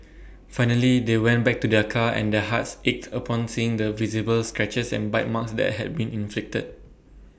finally they went back to their car and their hearts ached upon seeing the visible scratches and bite marks that had been inflicted